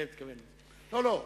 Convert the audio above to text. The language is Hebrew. לא,